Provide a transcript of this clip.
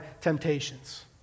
temptations